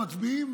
מצביעים,